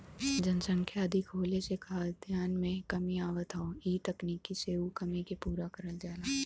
जनसंख्या अधिक होले से खाद्यान में कमी आवत हौ इ तकनीकी से उ कमी के पूरा करल जाला